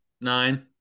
nine